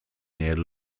near